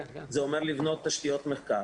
זה אומר לבנות תשתיות מחקר,